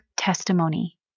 testimony